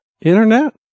Internet